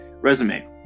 resume